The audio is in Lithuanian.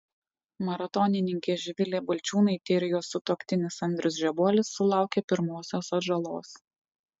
maratonininkė živilė balčiūnaitė ir jos sutuoktinis andrius žebuolis sulaukė pirmosios atžalos